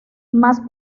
más